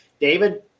David